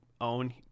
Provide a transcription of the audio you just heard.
own